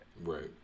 Right